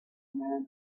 man